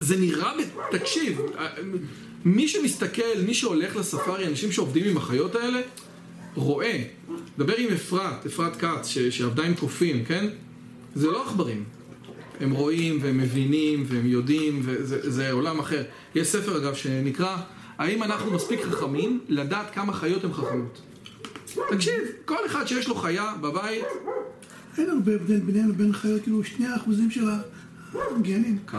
זה נראה... תקשיב מי שמסתכל, מי שהולך לספארי, אנשים שעובדים עם החיות האלה רואה. דבר עם אפרת, אפרת כץ, שעבדה עם קופים, כן? זה לא עכברים הם רואים, והם מבינים, והם יודעים, זה עולם אחר יש ספר אגב שנקרא ״האם אנחנו מספיק חכמים, לדעת כמה חיות הם חכמות״. תקשיב, כל אחד שיש לו חיה בבית… אין הרבה הבדל בינינו ובין החיות, כאילו שני האחוזים של הגנים